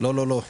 לא, לא, לא.